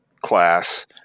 class